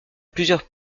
plusieurs